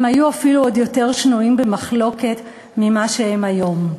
הם היו אפילו עוד יותר שנויים במחלוקת ממה שהם היום.